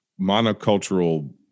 monocultural